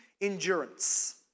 endurance